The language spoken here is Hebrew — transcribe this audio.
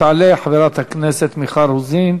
תעלה חברת הכנסת מיכל רוזין,